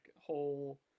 whole